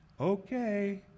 Okay